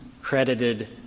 credited